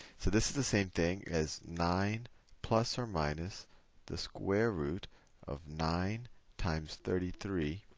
so this is the same thing as nine plus or minus the square root of nine times thirty three